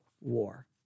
war